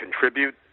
contribute